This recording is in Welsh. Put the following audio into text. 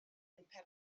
perthyn